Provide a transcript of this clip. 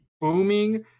booming